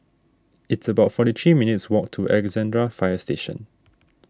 it's about forty three minutes' walk to Alexandra Fire Station